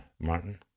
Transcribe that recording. Martin